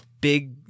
big